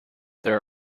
there